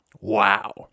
Wow